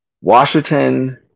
Washington